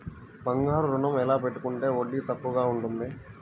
బంగారు ఋణం ఎలా పెట్టుకుంటే వడ్డీ తక్కువ ఉంటుంది?